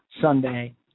Sunday